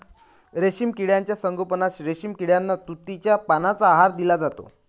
रेशीम किड्यांच्या संगोपनात रेशीम किड्यांना तुतीच्या पानांचा आहार दिला जातो